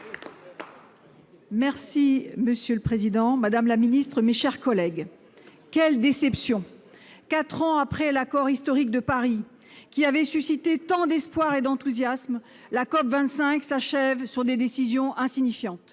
Monsieur le président, madame la secrétaire d'État, mes chers collègues, quelle déception ! Quatre ans après l'accord historique de Paris qui avait suscité tant d'espoir et d'enthousiasme, la COP25 s'achève sur des décisions insignifiantes.